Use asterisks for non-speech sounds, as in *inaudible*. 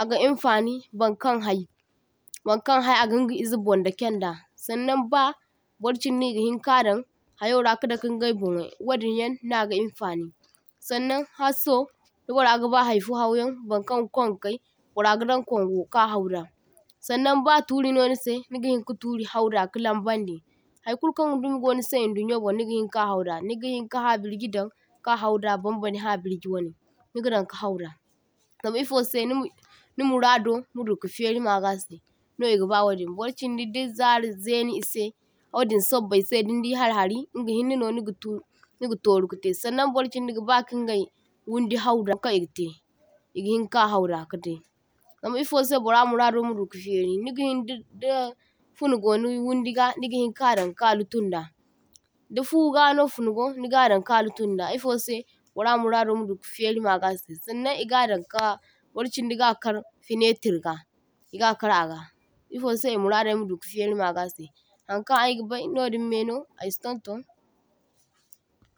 aga infaŋi baŋkaŋ hai, baŋkaŋ hai aginga ize bun dakenda, saŋnaŋ ba bor chindi igahinka ka daŋ hayo ra kadake ingai bonwai wadinyan naga infani saŋnaŋ halso bara gaba haifo hauyaŋ baŋkaŋ ga kwangu kai bara gada kwaŋgu ka hauda. Saŋna ba turi no nise nigi hinka turi hau da ka lambaŋdi haikulkan dumi gonise idonyo bon nigi hinka hauda, nigi hinka habirji dan ka hauda bambari habirji wane, nigi daŋ ka hauda, zam ifose ni murado maduka feri magase no igaba wadin, barchindi da zara zeni ise wadin sobbaise dindi harihari igi hinne no nigi tor nigi toru kate. Saŋnaŋ barchindi gaba kingai windi hauda kaŋ igite, igihinka hauda kate, zam ifose bara murado maduka fer, nigihin di da fune goni wundiga nigihin kadaŋ ka luttun da, da fugano funnego nigadaŋ ka luttun da, ifose bara murado maduka feri magase Saŋnaŋ igadaŋ ka barchindi gakar finetir ga igakar aga ifose muradai maduka feri magase haŋkaŋ aigabai meno aisi tuntun. *noise* toh – toh